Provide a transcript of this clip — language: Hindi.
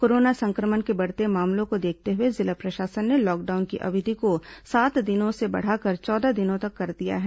कोरोना संक्रमण के बढ़ते मामलों को देखते हुए जिला प्रशासन ने लॉकडाउन की अवधि को सात दिनों से बढ़ाकर चौदह दिनों तक कर दिया है